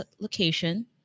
location